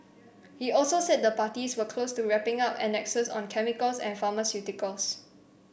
he also said the parties were close to wrapping up annexes on chemicals and pharmaceuticals